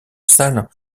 salle